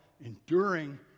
enduring